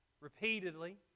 repeatedly